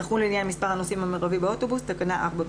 תחול לעניין מספר הנוסעים המרבי באוטובוס תקנה 4(ב).